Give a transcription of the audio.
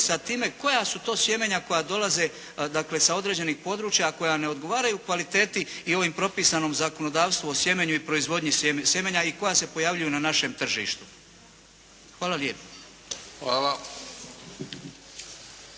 sa time koja su to sjemena koja dolaze dakle sa određenih područja koja ne odgovaraju kvaliteti i ovom propisanom zakonodavstvu o sjemenu i proizvodnji sjemenja i koja se pojavljuju na našem tržištu. Hvala lijepo.